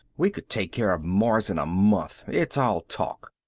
we could take care of mars in a month. it's all talk.